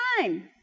time